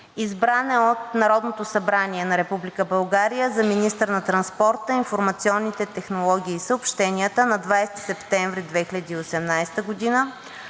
Избран е от Народното събрание на Република България за министър на транспорта, информационните технологии и съобщенията на 20 септември 2018 г.